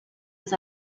was